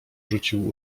rzucił